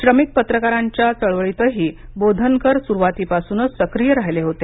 श्रमिक पत्रकारांच्या चळवळीतही बोधनकर सुरूवातीपासूनच सक्रिय राहिले होते